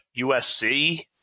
USC